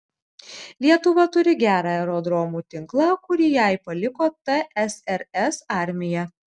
lietuva turi gerą aerodromų tinklą kurį jai paliko tsrs armija